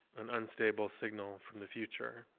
an unstable signal from the future.